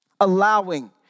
allowing